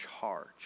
charge